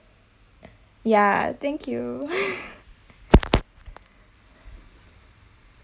ya thank you